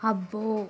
అబ్బో